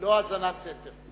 לא האזנת סתר.